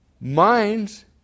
minds